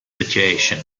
situation